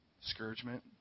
Discouragement